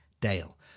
Dale